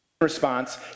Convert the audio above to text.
response